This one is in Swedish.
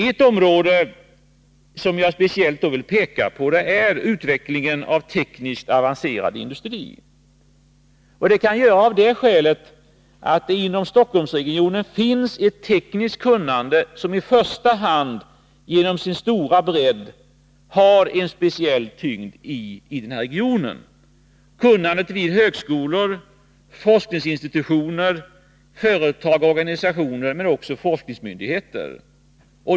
Ett område som jag speciellt vill peka på är utvecklingen av tekniskt avancerad industri. Det kan jag göra av det skälet att det inom Stockholmsregionen finns ett tekniskt kunnande som i första hand genom sin stora bredd har en speciell tyngd i regionen — kunnandet vid högskolor, forskningsinstitutioner, företag, organisationer men också forskningsmyndigheter.